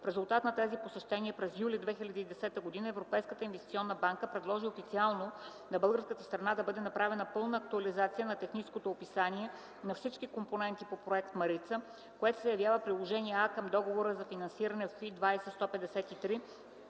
В резултат на тези посещения, през юли 2010 г. Европейската инвестиционна банка предложи официално на българската страна да бъде направена пълна актуализация на техническото описание на всички компоненти по проект „Марица”, което се явява Приложение А към Договора за финансиране FI 20.153